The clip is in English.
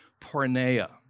porneia